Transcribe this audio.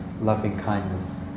loving-kindness